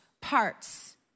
parts